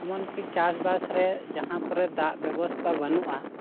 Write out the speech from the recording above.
ᱮᱢᱚᱱ ᱪᱮᱫ ᱪᱟᱥ ᱵᱟᱥ ᱨᱮ ᱡᱟᱦᱟᱸ ᱠᱚᱨᱮ ᱫᱟᱜ ᱵᱮᱵᱚᱥᱛᱟ ᱵᱟᱹᱱᱩᱜᱼᱟ